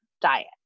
diet